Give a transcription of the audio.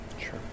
Sure